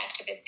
activist